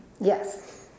Yes